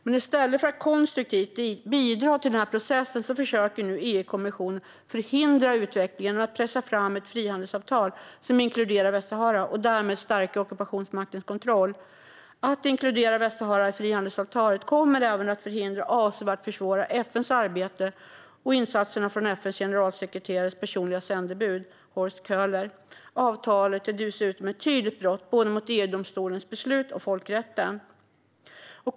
Men i stället för att konstruktivt bidra till den här processen försöker nu EU-kommissionen förhindra utvecklingen och pressa fram ett frihandelsavtal som inkluderar Västsahara och därmed stärka ockupationsmaktens kontroll. Att inkludera Västsahara i frihandelsavtalet kommer även att förhindra och avsevärt försvåra FN:s arbete och insatserna från FN:s generalsekreterares personliga sändebud Horst Köhler. Avtalet är dessutom ett tydligt brott både mot EU-domstolens beslut och mot folkrätten.